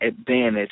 advantage